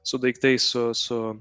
su daiktai su su